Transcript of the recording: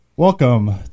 Welcome